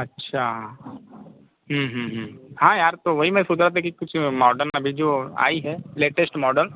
अच्छा हाँ यार तो वो ही में सोच रहा था कि कुछ मॉडल अभी जो आई है लेटेस्ट मॉडल